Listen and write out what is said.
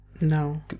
No